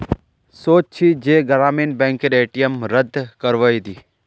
सोच छि जे ग्रामीण बैंकेर ए.टी.एम रद्द करवइ दी